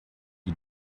you